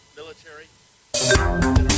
military